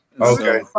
Okay